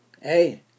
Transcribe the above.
Hey